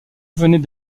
venait